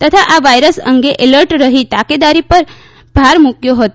તથા આ વાયરસ અંગે એલર્ટ રહી તકેદારી પર ભાર મૂક્યો હતો